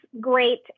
great